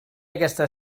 aquesta